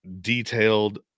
detailed